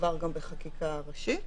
שעבר גם בחקיקה ראשית.